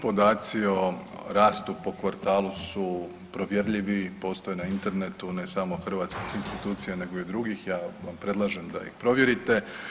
Podaci o rastu po kvartalu su provjerljivi, postoje na internetu, ne samo hrvatskih institucija nego i drugih, ja vam predlažem da ih provjerite.